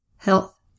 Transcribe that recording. health